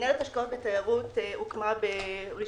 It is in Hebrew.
מנהלת השקעות בתיירות הוקמה ב-1.1.2010.